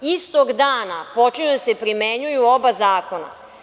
Istog dana počinju da se primenjuju oba zakona.